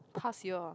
how's your